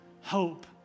hope